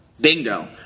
Bingo